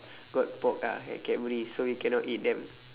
got pork ah at cadbury so we cannot eat them